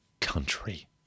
country